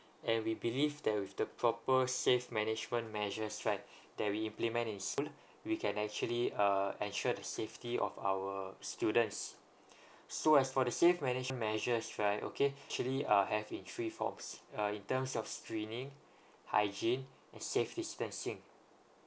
and we believe that with the proper safe management measure right that it implement in school we can actually uh ensure the safety of our students so as for the save manage~ measures right okay actually uh have in three forms uh in terms of screening hygiene safe distancing